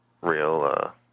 real